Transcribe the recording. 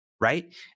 right